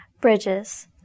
bridges